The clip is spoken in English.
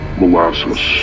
molasses